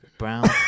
Brown